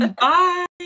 Bye